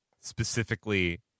specifically